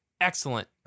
excellent